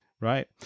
right